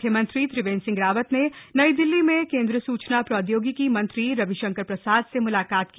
मुख्यमंत्री त्रिवेन्द्र सिंह रावत ने नई दिल्ली में केंद्रीय सूचना प्रौदयोगिकी मंत्री रविशंकर प्रसाद से मुलाकात की